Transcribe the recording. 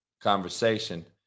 conversation